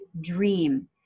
dream